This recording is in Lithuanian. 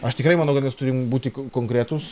aš tikrai manau kad mes turim būti konkretūs